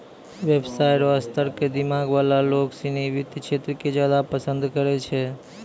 व्यवसाय र स्तर क दिमाग वाला लोग सिनी वित्त क्षेत्र क ज्यादा पसंद करै छै